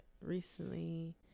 recently